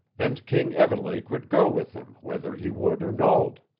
and king evelake would go with him whether he would or nold.